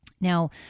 Now